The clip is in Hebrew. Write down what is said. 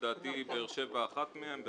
לדעתי באר שבע היא אחת מהן,